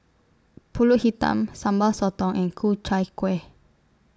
Pulut Hitam Sambal Sotong and Ku Chai Kueh